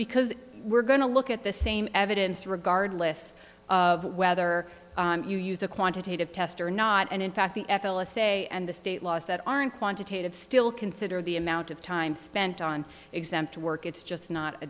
because we're going to look at the same evidence regardless of whether you use a quantitative test or not and in fact the f l s say and the state laws that are in quantitative still consider the amount of time spent on exempt work it's just not a